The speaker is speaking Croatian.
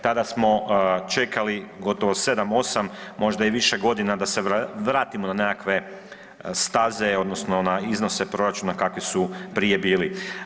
Tada smo čekali gotovo 7, 8, možda i više godina da se vratimo na nekakve staze odnosno na iznose proračuna kakvi su prije bili.